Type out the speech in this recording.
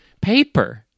paper